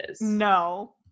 No